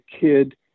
kid